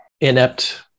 inept